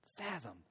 fathom